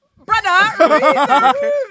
Brother